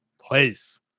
place